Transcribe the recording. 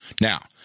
Now